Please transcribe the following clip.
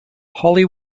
holly